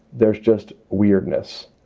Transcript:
there's just weirdness